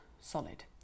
solid